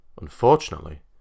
Unfortunately